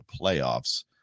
playoffs